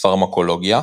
פרמקולוגיה,